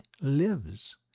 lives